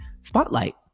spotlight